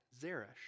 Zeresh